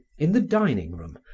in the dining room,